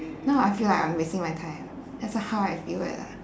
now I feel like I'm wasting my time that's how I feel it lah